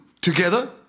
together